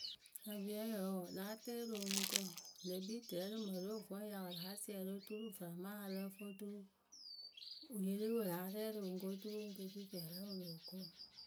Aviɔŋyǝ wǝǝ láa tɛ rɨ oŋuŋkǝ pɨ le kpii tɗɛ rɨ mǝrǝ we vǝ́ wɨ ya wɨ láa siɛrɩ oturu varama ya lǝ́ǝ fɨ oturu Wɨ yili wɨ láa rɛ rɨ oŋuŋkǝ oturu wɨ ke fii fɛɛ lǝ wǝ wɨ loh ko.